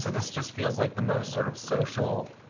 so this just feels like the most sort of social,